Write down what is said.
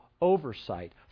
oversight